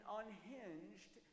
unhinged